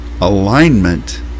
alignment